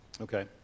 Okay